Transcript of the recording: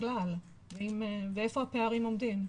בכלל ואיפה הפערים עומדים?